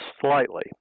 Slightly